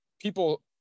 people